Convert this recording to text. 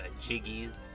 Jiggies